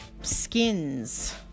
skins